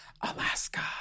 Alaska